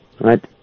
right